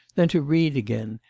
then to read again,